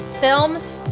films